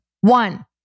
One